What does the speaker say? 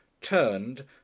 turned